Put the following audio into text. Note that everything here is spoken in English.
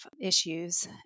issues